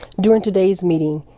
during today's meeting,